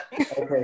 Okay